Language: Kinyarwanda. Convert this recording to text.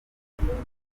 ningombwa